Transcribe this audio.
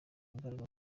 imbaraga